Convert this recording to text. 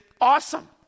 awesome